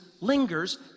lingers